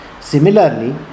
Similarly